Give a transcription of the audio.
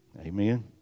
amen